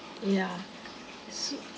ya so